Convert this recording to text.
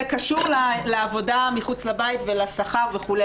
זה קשור לעבודה מחוץ לבית ולשכר וכו'.